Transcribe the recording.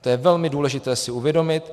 To je velmi důležité si uvědomit.